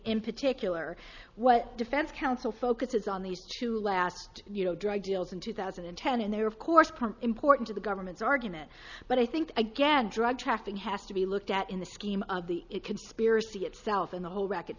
in particular what defense council focuses on these two last you know drug deals in two thousand and ten and they're of course important to the government's argument but i think again drug trafficking has to be looked at in the scheme of the conspiracy itself and the whole racket